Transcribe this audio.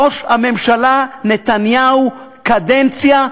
ראש הממשלה נתניהו, קדנציה שלישית,